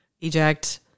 Eject